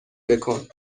بکن